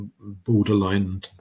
borderline